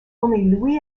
only